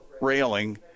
railing